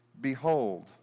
Behold